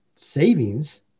savings